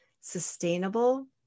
sustainable